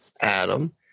Adam